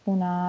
Una